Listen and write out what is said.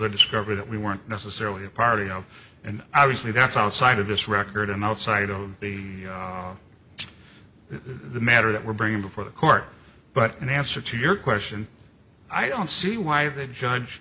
of discovery that we weren't necessarily a party of and obviously that's outside of this record and outside of the the matter that we're bringing before the court but in answer to your question i don't see why the judge